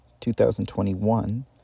2021